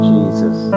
Jesus